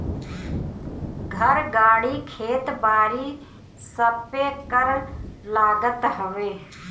घर, गाड़ी, खेत बारी सबपे कर लागत हवे